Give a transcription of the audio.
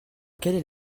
quelle